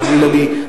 חלילה לי.